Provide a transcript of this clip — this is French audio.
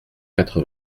quatre